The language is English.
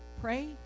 pray